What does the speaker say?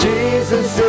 Jesus